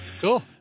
Cool